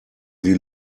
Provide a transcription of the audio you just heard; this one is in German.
die